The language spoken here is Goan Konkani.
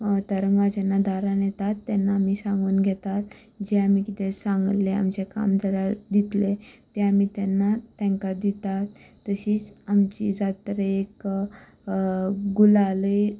तरंगां जेन्ना दारांत येतात तेन्ना आमी सांगून घेतात जें आमी कितेंय सांगिल्लें आमचें काम जाल्यार दितले तेन्ना तांकां दितात तशी आमचे जात्रेक गुलालय